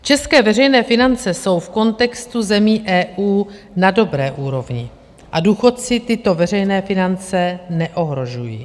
České veřejné finance jsou v kontextu zemí EU na dobré úrovni a důchodci tyto veřejné finance neohrožují.